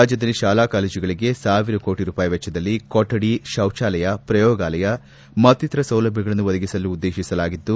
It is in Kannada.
ರಾಜ್ಯದಲ್ಲಿ ಶಾಲಾ ಕಾಲೇಜುಗಳಿಗೆ ಸಾವಿರ ಕೋಟಿ ರೂಪಾಯಿ ವೆಚ್ವದಲ್ಲಿ ಕೊಠಡಿ ಶೌಚಾಲಯ ಪ್ರಯೋಗಾಲಯ ಮತ್ತಿತರ ಸೌಲಭ್ವಗಳನ್ನು ಒದಗಿಸಲು ಉದ್ದೇಶಿಸಲಾಗಿದ್ದು